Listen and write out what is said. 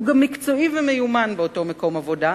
הוא גם מקצועי ומיומן באותו מקום עבודה.